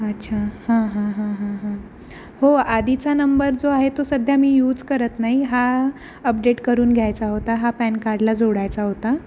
अच्छा हां हां हां हां हां हो आधीचा नंबर जो आहे तो सध्या मी यूज करत नाही हा अपडेट करून घ्यायचा होता हा पॅन कार्डला जोडायचा होता